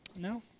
No